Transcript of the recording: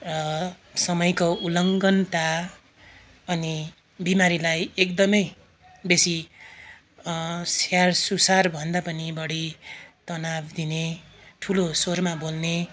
समयको उलङ्घनता अनि बिमारीलाई एकदमै बेसी स्याहारसुसारभन्दा पनि बढी तनाउ दिने ठुलो स्वरमा बोल्ने